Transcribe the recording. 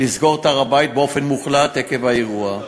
לסגור את הר-הבית באופן מוחלט עקב האירוע,